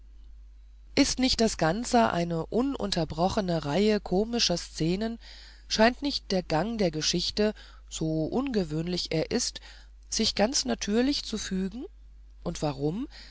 ist nicht das ganze eine ununterbrochene reihe komischer szenen scheint nicht der gang der geschichte so ungewöhnlich er ist sich ganz natürlich zu fügen und warum